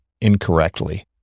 incorrectly